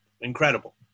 incredible